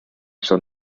shall